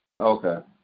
Okay